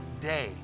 day